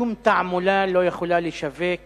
שום תעמולה לא יכולה לשווק